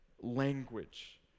language